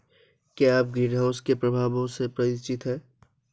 क्या आप ग्रीनहाउस के प्रभावों से परिचित हैं?